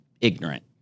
ignorant